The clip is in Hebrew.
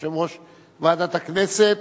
יושב-ראש ועדת הכנסת,